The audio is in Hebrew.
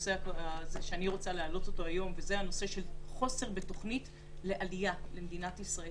לדבר על חוסר בתוכנית לגבי המשך עלייה לארץ בתקופה זו.